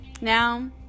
Now